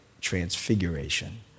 transfiguration